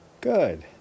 Good